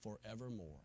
forevermore